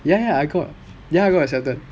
ya ya I got accepted